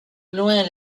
loin